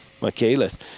Michaelis